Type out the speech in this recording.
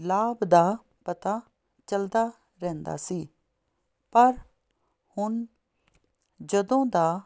ਲਾਭ ਦਾ ਪਤਾ ਚੱਲਦਾ ਰਹਿੰਦਾ ਸੀ ਪਰ ਹੁਣ ਜਦੋਂ ਦਾ